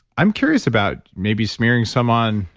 i'm curious about maybe smearing some on,